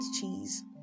cheese